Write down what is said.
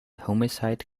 homicide